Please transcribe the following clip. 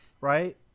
right